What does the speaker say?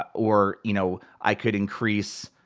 or, you know i could increase